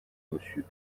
monsieur